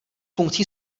funkcí